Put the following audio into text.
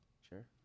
Sure